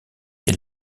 est